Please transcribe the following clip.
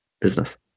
business